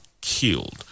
killed